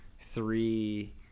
three